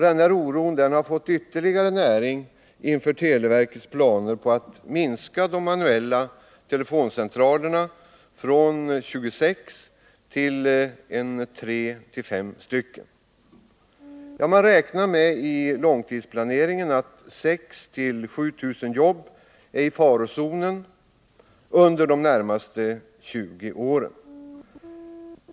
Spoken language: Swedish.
Denna oro har fått ytterligare näring inför televerkets planer att minska de manuella telefoncentralerna från 26 till mellan 3 och 5. Man räknar i långtidsplaneringen med att 6 000 till 7 000 jobb är i farozonen under de närmaste 20 åren.